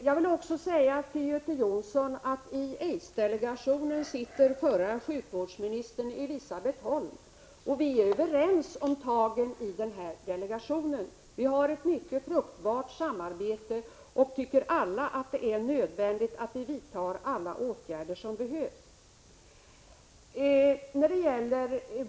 Jag vill till Göte Jonsson också säga att i aidsdelegationen sitter förra sjukvårdsministern Elisabet Holm, och vi är överens om tagen i delegationen — vi har ett mycket fruktbart samarbete och tycker samtliga att det är nödvändigt att vi vidtar alla åtgärder som behövs.